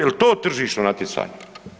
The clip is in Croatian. Jel to tržišno natjecanje?